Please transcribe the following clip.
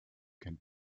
can